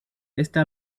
esta